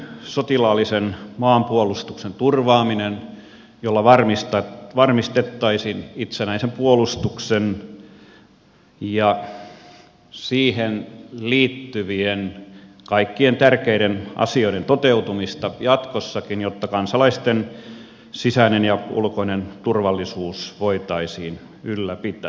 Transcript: sotilaallisen maanpuolustuksen turvaaminen jolla varmistettaisiin itsenäisen puolustuksen ja siihen liittyvien kaikkien tärkeiden asioiden toteutumista jatkossakin jotta kansalaisten sisäinen ja ulkoinen turvallisuus voitaisiin ylläpitää